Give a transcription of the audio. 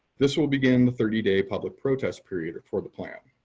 this will begin the thirty day public protest period for the plan.